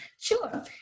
Sure